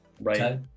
right